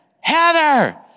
Heather